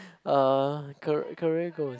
uh car~ career goals